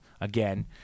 again